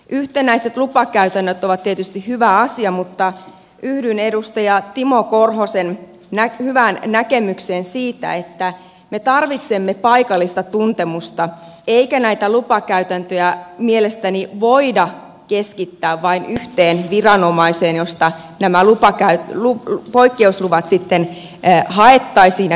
yhtenäiset lupakäytännöt ovat tietysti hyvä asia mutta yhdyn edustaja timo korhosen hyvään näkemykseen siitä että me tarvitsemme paikallista tuntemusta eikä näitä lupakäytäntöjä mielestäni voida keskittää vain yhteen viranomaiseen josta nämä poikkeusluvat sitten haettaisiin ja myönnettäisiin